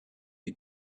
you